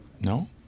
No